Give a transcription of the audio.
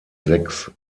sechs